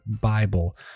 Bible